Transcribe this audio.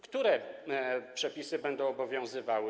Które przepisy będą obowiązywały?